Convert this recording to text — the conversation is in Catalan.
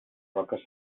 roques